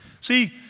See